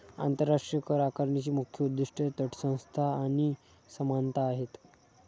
आंतरराष्ट्रीय करआकारणीची मुख्य उद्दीष्टे तटस्थता आणि समानता आहेत